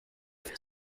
fait